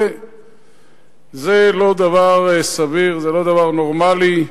זה לא דבר סביר, זה לא דבר נורמלי.